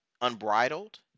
unbridled